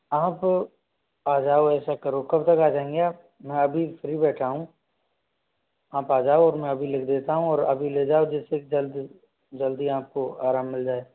आप आ जाओ ऐसा करो कब तक आ जाएंगे आप मैं अभी फ्री बैठा हूँ आप आ जाओ और मैं अभी लिख देता हूँ और अभी ले जाओ जिससे कि जल्दी जल्दी आपको आराम मिल जाए